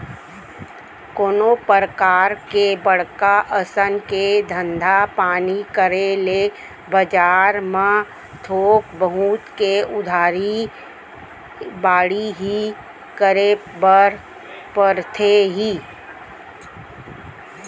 कोनो परकार के बड़का असन के धंधा पानी करे ले बजार म थोक बहुत के उधारी बाड़ही करे बर परथे ही